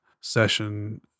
session